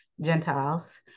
Gentiles